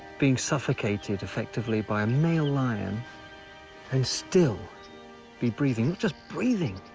being suffocated, effectively, by a male lion and still be breathing? not just breathing,